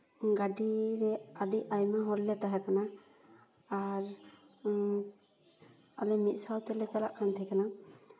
ᱜᱟᱹᱰᱤᱨᱮ ᱟᱹᱰᱤ ᱟᱭᱢᱟ ᱦᱚᱲ ᱞᱮ ᱛᱟᱦᱮᱸ ᱠᱟᱱᱟ ᱟᱨ ᱟᱞᱮ ᱢᱤᱫ ᱥᱟᱶ ᱛᱮᱞᱮ ᱪᱟᱞᱟᱜ ᱠᱟᱱ ᱛᱟᱦᱮᱸ ᱠᱟᱱᱟ